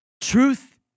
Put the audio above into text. Truth